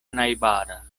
najbara